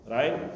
right